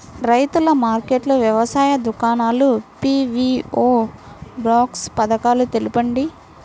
రైతుల మార్కెట్లు, వ్యవసాయ దుకాణాలు, పీ.వీ.ఓ బాక్స్ పథకాలు తెలుపండి?